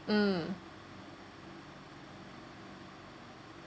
mm